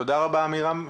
תודה רבה עמירם,